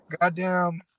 goddamn